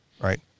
right